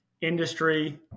industry